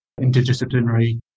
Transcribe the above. interdisciplinary